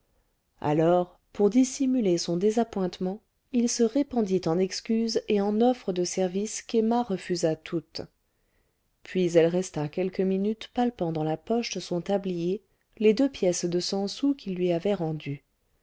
alors pour dissimuler son désappointement il se répandit en excuses et en offres de service qu'emma refusa toutes puis elle resta quelques minutes palpant dans la poche de son tablier les deux pièces de cent sous qu'il lui avait rendues